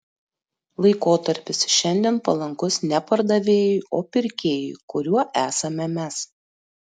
laikotarpis šiandien palankus ne pardavėjui o pirkėjui kuriuo esame mes